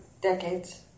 decades